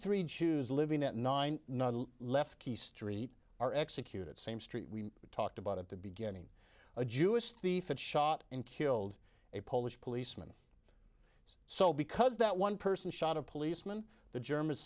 jews living at nine left key street are executed same street we talked about at the beginning a jewish thief that shot and killed a polish policeman so because that one person shot a policeman the germans